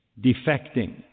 defecting